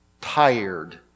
tired